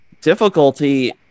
difficulty